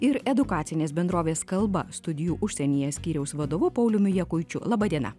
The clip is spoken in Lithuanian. ir edukacinės bendrovės kalba studijų užsienyje skyriaus vadovu pauliumi jakučiu laba diena